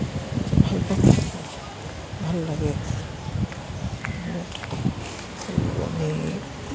ভাল লাগে